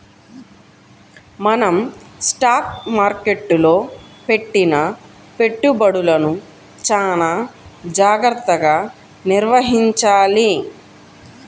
మనం స్టాక్ మార్కెట్టులో పెట్టిన పెట్టుబడులను చానా జాగర్తగా నిర్వహించాలి